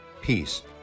peace